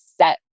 set